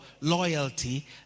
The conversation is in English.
loyalty